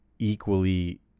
equally